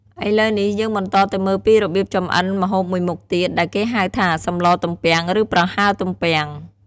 ឥឡូវនេះ យើងបន្តទៅមើលពីរបៀបចម្អិនម្ហូបមួយមុខទៀត ដែលគេហៅថាសម្លទំពាំង ឬ ប្រហើរទំពាំង។